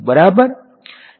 બરાબર